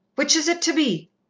which is it to be?